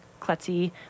klutzy